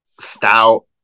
stout